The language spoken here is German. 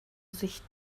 sich